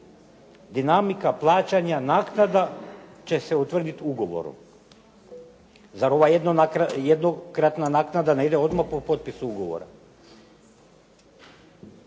Dinamika plaćanja naknada će se utvrditi ugovorom, zar ova jednokratna naknada ne ide odmah po potpisivanju ugovora.